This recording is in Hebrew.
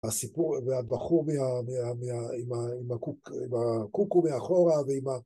הסיפור והבחור עם הקוקו מאחורה